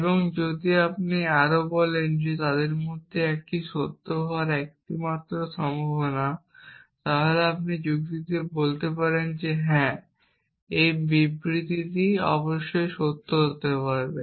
এবং যদি আপনি আরও বলেন যে তাদের মধ্যে একটি সত্য হওয়ার এটাই একমাত্র সম্ভাবনা তাহলে আপনি যুক্তি দিতে পারেন যে হ্যাঁ এই বিবৃতিটি অবশ্যই সত্য হতে হবে